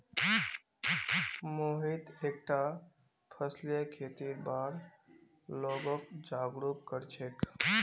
मोहित एकता फसलीय खेतीर बार लोगक जागरूक कर छेक